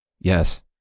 yes